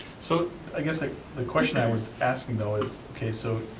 so i guess, like the question i was asking though is, okay, so